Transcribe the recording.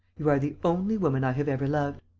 you are the only woman i have ever loved.